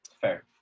Fair